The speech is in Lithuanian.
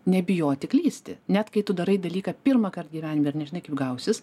nebijoti klysti net kai tu darai dalyką pirmąkart gyvenime ir nežinai kaip gausis